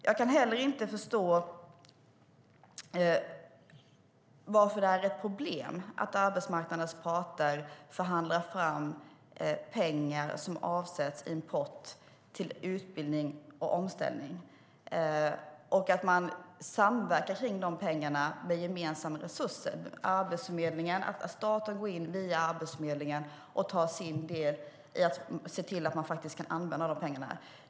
Jag kan heller inte förstå varför det är ett problem att arbetsmarknadens parter förhandlar fram pengar som avsätts i en pott till utbildning och omställning och att man samverkar kring de pengarna med gemensamma resurser och staten går in via Arbetsförmedlingen och tar sin del av ansvaret för att man faktiskt kan använda de pengarna.